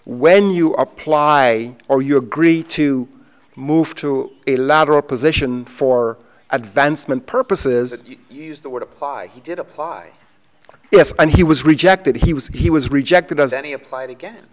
when you apply or you agree to move to a lateral position for advancement purposes used that would apply he did apply yes and he was rejected he was he was rejected as any applied again